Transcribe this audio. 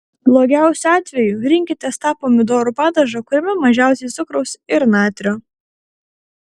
blogiausiu atveju rinkitės tą pomidorų padažą kuriame mažiausiai cukraus ir natrio